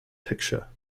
picture